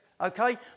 okay